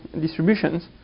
distributions